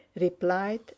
replied